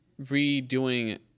redoing